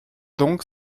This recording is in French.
donc